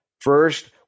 First